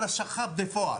על השכר בפועל?